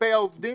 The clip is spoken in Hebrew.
כלפי העובדים?